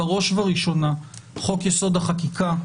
בראש וראשונה חוק-יסוד: החקיקה,